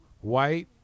White